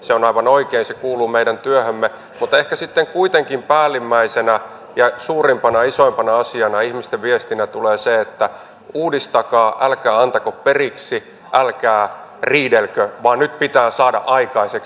se on aivan oikein se kuuluu meidän työhömme mutta ehkä sitten kuitenkin päällimmäisenä ja suurimpana isoimpana asiana ihmisten viestinä tulee se että uudistakaa älkää antako periksi älkää riidelkö vaan nyt pitää saada aikaiseksi